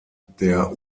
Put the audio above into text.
der